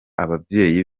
ababyeyi